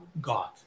God